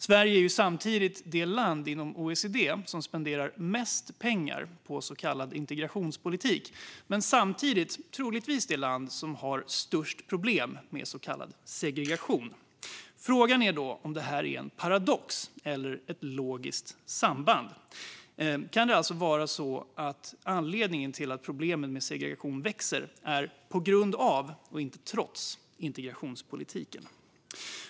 Sverige är det land inom OECD som spenderar mest pengar på så kallad integrationspolitik men är samtidigt troligtvis det land med störst problem med segregation. Frågan är om detta är en paradox, eller har det ett logiskt samband? Kan anledningen till att problemen med segregation växer vara just integrationspolitiken, inte att problemen växer trots den?